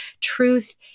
truth